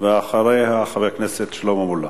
ואחריה, חבר הכנסת שלמה מולה.